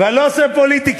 ואני לא עושה פוליטיקה.